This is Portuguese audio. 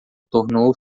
tornou